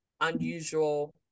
unusual